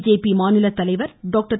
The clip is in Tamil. பிஜேபி மாநில தலைவர் டாக்டர்